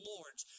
Lord's